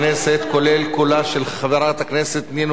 כולל קולה של חברת הכנסת נינו אבסדזה,